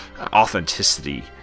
authenticity